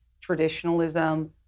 Traditionalism